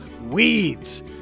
weeds